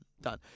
Done